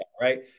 Right